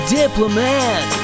diplomat